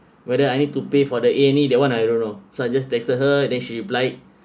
whether I need to pay for the a and e that one I don't know so I just texted her then she replied